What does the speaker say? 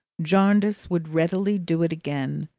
jarndyce would readily do it again,